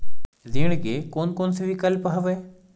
ऋण के कोन कोन से विकल्प हवय?